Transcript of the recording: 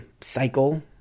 cycle